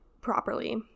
properly